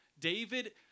David